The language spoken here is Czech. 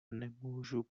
nemůžu